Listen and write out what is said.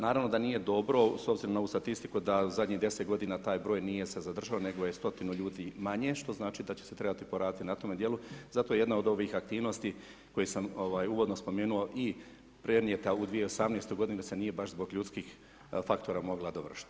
Naravno da nije dobro s obzirom na ovu statistiku da zadnji 10 godina taj broj nije se zadržao nego je 100-ina ljudi manje što znači da će se trebat poradit na tom dijelu, zato jedna od ovih aktivnosti koje sam uvodno spomenuo i prenijeta u 2018 godinu da se nije baš zbog ljudskih faktora mogla dovršiti.